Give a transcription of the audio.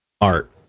art